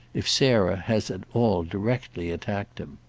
if sarah has at all directly attacked him.